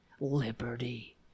Liberty